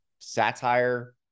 satire